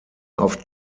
auf